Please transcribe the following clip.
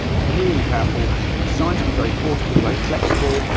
really powerful designed to be very portable, very flexible,